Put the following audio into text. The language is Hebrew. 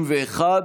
891